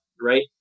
right